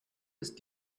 ist